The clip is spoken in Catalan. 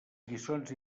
lliçons